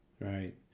Right